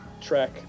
track